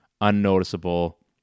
unnoticeable